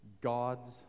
God's